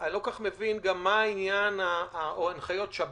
אני גם לא כל כך מבין את הנחיות שב"כ